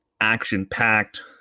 Action-packed